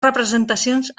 representacions